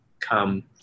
come